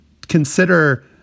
consider